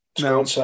Now